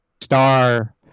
star